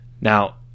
Now